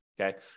Okay